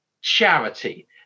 charity